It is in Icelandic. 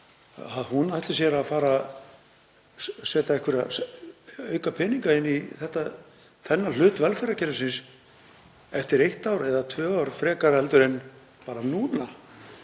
setið ætli sér að fara að setja einhverja aukapeninga inn í þennan hluta velferðarkerfisins eftir eitt ár eða tvö ár frekar en bara núna?